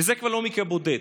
זה כבר לא מקרה בודד.